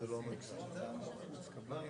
מה שלא אופייני